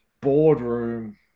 boardroom